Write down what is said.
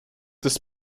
des